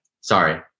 Sorry